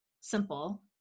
simple